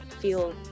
feel